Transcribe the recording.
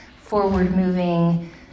forward-moving